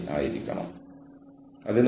ആളുകളെ എങ്ങനെ ഇടപഴകുന്നു